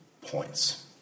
points